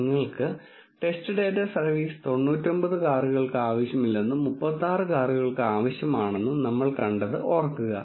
നിങ്ങളുടെ test data service 99 കാറുകൾക്ക് ആവശ്യമില്ലെന്നും 36 കാറുകൾക്ക് ആവശ്യമാണെന്നും നമ്മൾ കണ്ടത് ഓർക്കുക